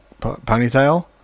ponytail